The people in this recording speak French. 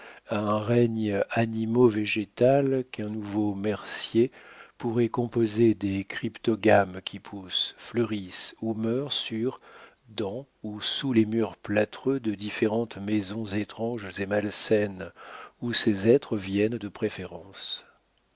un règne animo végétal qu'un nouveau mercier pourrait composer des cryptogames qui poussent fleurissent ou meurent sur dans ou sous les murs plâtreux de différentes maisons étranges et malsaines où ces êtres viennent de préférence